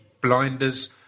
Blinders